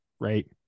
Right